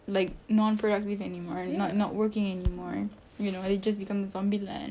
like non-productive anymore not not working anymore you know they just become zombieland